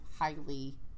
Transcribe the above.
highly